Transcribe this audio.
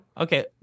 Okay